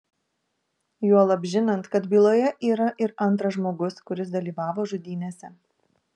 juolab žinant kad byloje yra ir antras žmogus kuris dalyvavo žudynėse